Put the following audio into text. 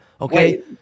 okay